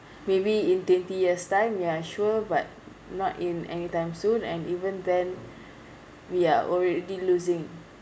maybe in twenty years time yeah sure but not in anytime soon and even then we are already losing